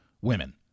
women